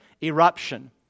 eruption